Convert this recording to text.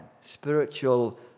spiritual